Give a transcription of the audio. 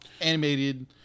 animated